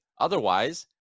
Otherwise